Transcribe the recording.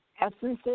essences